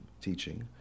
teaching